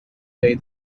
day